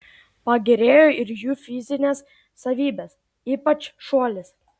pagerėjo ir jų fizinės savybės ypač šuolis